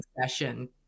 session